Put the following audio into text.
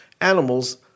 animals